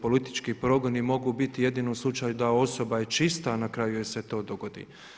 Politički progoni mogu biti jedino u slučaju da je osoba čista, a na kraju joj se to dogodi.